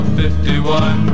51